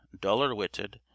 duller-witted